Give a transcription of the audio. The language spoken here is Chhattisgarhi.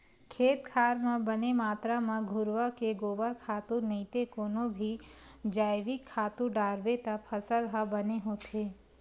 खेत खार म बने मातरा म घुरूवा के गोबर खातू नइते कोनो भी जइविक खातू डारबे त फसल ह बने होथे